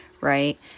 right